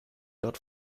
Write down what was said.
dort